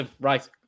right